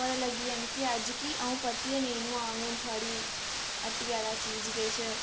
पता लग्गी गेआ अज्ज मिगी कि आ'ऊं परतियै नेईं नोआंग हून थोआढ़ी हट्टिया दा चीज किश